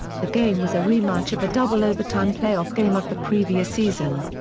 the game was a rematch of a double-overtime playoff game of the previous season.